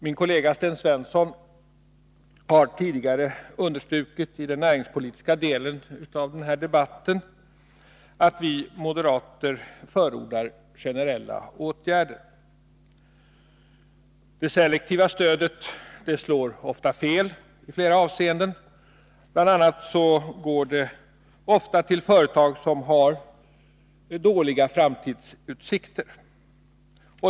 Min kollega Sten Svensson har tidigare i den näringspolitiska delen av den här debatten understrukit att vi moderater förordar generella åtgärder. Det selektiva stödet slår ofta fel i flera avseenden. Bl. a. går det ofta till företag som har dåliga framtidsutsik ter.